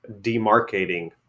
demarcating